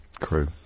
Crew